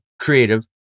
creative